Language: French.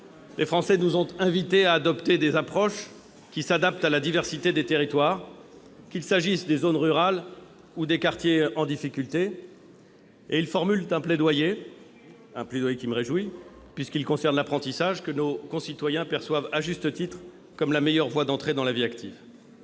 Les Français nous ont invités à adopter des approches adaptées à la diversité des territoires, qu'il s'agisse des zones rurales ou des quartiers en difficulté. Ils formulent un plaidoyer qui me réjouit, puisqu'il concerne l'apprentissage, que nos concitoyens perçoivent à juste titre comme la meilleure voie d'entrée dans la vie active.